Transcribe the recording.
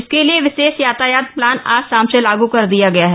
इसके लिए विशेष यातायात प्लान आज शाम से लागू कर दिया गया है